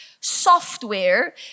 software